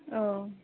औ